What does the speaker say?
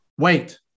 Wait